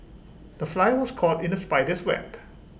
the fly was caught in the spider's web